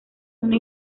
una